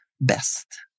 best